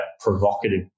provocative